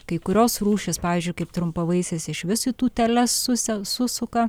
kai kurios rūšys pavyzdžiui kaip trumpavaisės išvis į tūteles suse susuka